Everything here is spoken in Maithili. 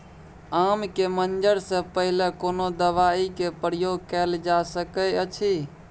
आम के मंजर से पहिले कोनो दवाई के प्रयोग कैल जा सकय अछि?